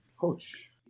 coach